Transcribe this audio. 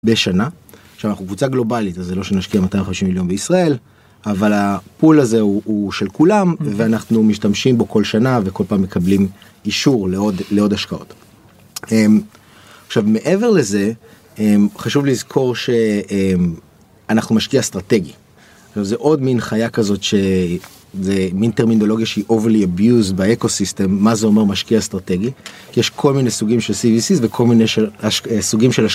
בשנה עכשיו אנחנו קבוצה גלובלית זה לא שנשקיע 250 מיליון בישראל אבל הפול הזה הוא של כולם ואנחנו משתמשים בו כל שנה וכל פעם מקבלים אישור לעוד לעוד השקעות. עכשיו מעבר לזה חשוב לזכור שאנחנו משקיע אסטרטגי. זה עוד מין חיה כזאת שזה מין טרמינולוגיה שהיא אוברלי אביוסד באקוסיסטם מה זה אומר משקיע אסטרטגי כי יש כל מיני סוגים של סיביסיס וכל מיני סוגים של.